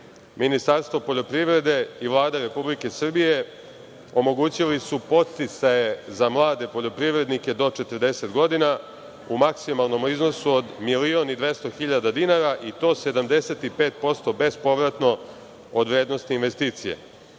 Ministarstvo poljoprivred i Vlada Republike Srbije omogućili su podsticaje za mlade poljoprivrednike do 40 godina u maksimalnom iznosu od 1,2 miliona dinara i to 75% bespovratno od vrednosti investicija.